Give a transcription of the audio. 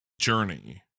journey